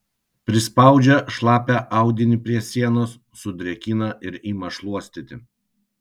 prispaudžia šlapią audinį prie sienos sudrėkina ir ima šluostyti